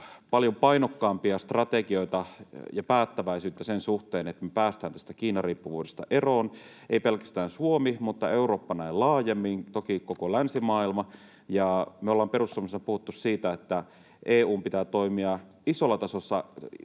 paljon painokkaampia strategioita ja päättäväisyyttä sen suhteen, että me päästään tästä Kiina-riippuvuudesta eroon, ei pelkästään Suomi, mutta Eurooppa näin laajemmin, toki koko länsimaailma. Me olemme perussuomalaisissa puhuneet siitä, että EU:n pitää toimia isolla tasolla